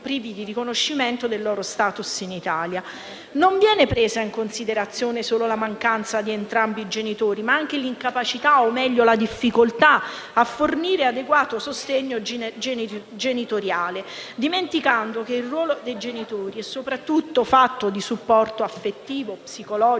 Non viene presa in considerazione solo la mancanza di entrambi i genitori, ma anche l'incapacità o meglio la difficoltà a fornire adeguato sostegno genitoriale, dimenticando che il ruolo dei genitori è soprattutto fatto di supporto affettivo, psicologico, di sostegno